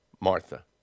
Martha